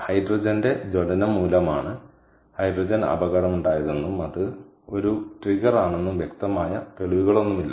ഹൈഡ്രജന്റെ ജ്വലനം മൂലമാണ് ഹൈഡ്രജൻ അപകടമുണ്ടായതെന്നും അത് ഒരു ട്രിഗർ ആണെന്നും വ്യക്തമായ തെളിവുകളൊന്നുമില്ല